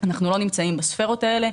אנחנו לא נמצאים בספרות האלה.